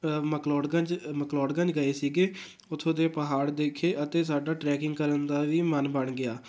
ਮਕਲੋੜਗੰਜ ਮਕਲੋੜਗੰਜ ਗਏ ਸੀਗੇ ਉੱਥੋਂ ਦੇ ਪਹਾੜ ਦੇਖੇ ਅਤੇ ਸਾਡਾ ਟਰੈਕਿੰਗ ਕਰਨ ਦਾ ਵੀ ਮਨ ਬਣ ਗਿਆ